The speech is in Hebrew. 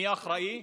מי אחראי?